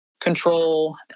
control